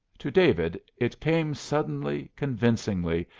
to david it came suddenly, convincingly,